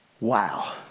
Wow